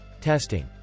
Testing